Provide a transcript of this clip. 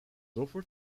offered